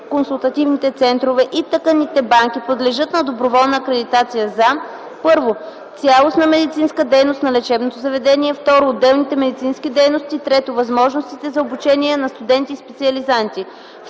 диагностично-консултативните центрове и тъканните банки подлежат на доброволна акредитация за: 1. цялостната медицинска дейност на лечебното заведение; 2. отделните медицински дейности; 3. възможностите за обучение на студенти и специализанти”.